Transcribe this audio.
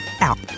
out